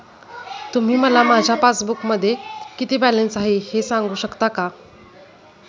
तुम्ही मला माझ्या पासबूकमध्ये किती बॅलन्स आहे हे सांगू शकता का?